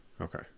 Okay